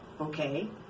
Okay